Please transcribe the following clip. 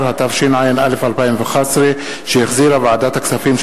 19), התשע"א 2011, שהחזירה ועדת הכספים.